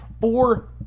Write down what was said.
four